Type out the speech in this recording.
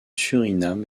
suriname